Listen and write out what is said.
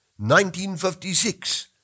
1956